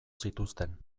zituzten